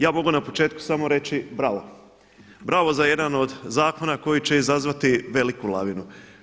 Ja mogu na početku reći samo bravo, bravo za jedan od zakona koji će izazvati veliku lavinu.